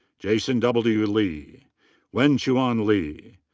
jason w. lee wen-chuan lee.